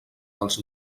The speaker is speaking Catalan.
dels